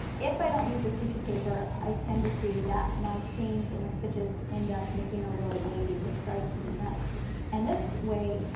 if i don't use a tissue paper, i tend to see that my seams or my stitches end up looking a little wavy which drives me nuts and this way,